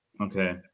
Okay